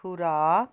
ਖੁਰਾਕ